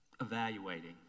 Evaluating